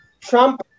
Trump